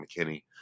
McKinney